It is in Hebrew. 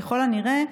ככל הנראה,